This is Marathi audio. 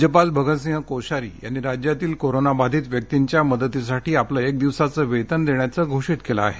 राज्यपाल भगतसिंह कोश्यारी यांनी राज्यातील कोरोना बाधित व्यक्तींच्या मदतीसाठी आपलं एक दिवसाचं वेतन देण्याचं घोषित केलं आहे